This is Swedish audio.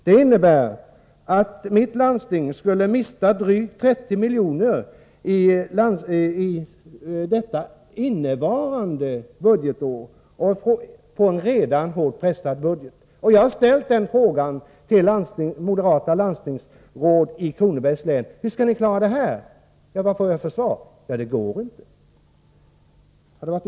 Det innebär att mitt landsting, som redan har en hårt pressad budget, skulle mista drygt 30 milj.kr. under innevarande budgetår. Jag har frågat moderata landstingsråd i Kronobergs län hur man skall klara detta. Man har svarat att det inte är möjligt.